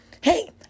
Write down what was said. Hey